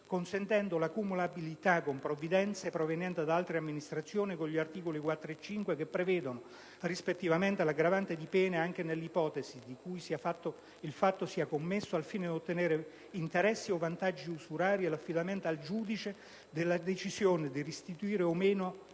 consentendo la cumulabilità con provvidenze provenienti da altre amministrazioni e con gli articoli 4 e 5, che prevedono rispettivamente l'aggravante di pena, anche nell'ipotesi in cui il fatto sia commesso al fine di ottenere interessi o vantaggi usurari e l'affidamento al giudice della decisione di restituire o meno